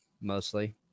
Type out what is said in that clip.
mostly